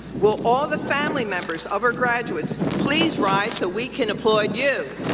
will all the family members of our graduates please rise so we can applaud you?